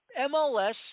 MLS